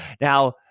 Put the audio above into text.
Now